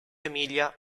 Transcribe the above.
emilia